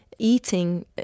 eating